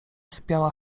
sypiała